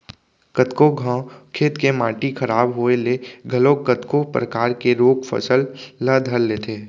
कतको घांव खेत के माटी खराब होय ले घलोक कतको परकार के रोग फसल ल धर लेथे